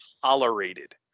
tolerated